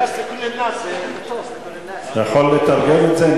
נאס לכול א-נאס אתה יכול לתרגם את זה,